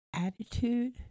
attitude